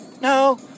No